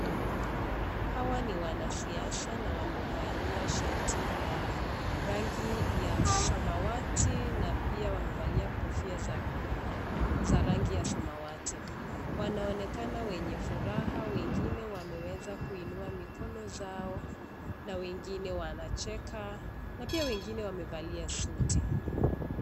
Hawa ni wana siasa na wamevalia shati ya rangi ya samawati, na pia wamevalia kofia za rangi ya samawati, wanaonekana wenye furaha wengine wameweza kuinua mikono zao na wengine wanacheka, na pia wengine wamevalia suti.